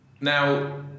Now